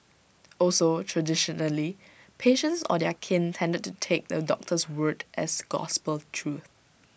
also traditionally patients or their kin tended to take the doctor's word as gospel truth